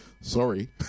Sorry